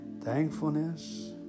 Thankfulness